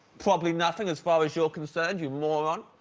probably nothing as far as you're concerned you moron?